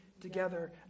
together